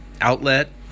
outlet